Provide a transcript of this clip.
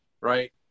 right